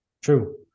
True